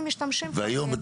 והיום,